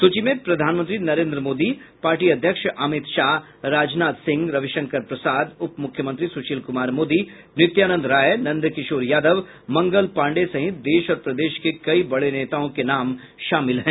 सूची में प्रधानमंत्री नरेन्द्र मोदी पार्टी अध्यक्ष अमित शाह राजनाथ सिंह रविशंकर प्रसाद उप मुख्यमंत्री सुशील कुमार मोदी नित्यानंद राय नंदकिशोर यादव मंगल पांडेय सहित देश और प्रदेश के कई बड़े नेताओं के शामिल हैं